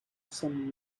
some